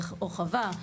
רחבה,